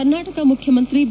ಕರ್ನಾಟಕ ಮುಖ್ಯಮಂತ್ರಿ ಬಿ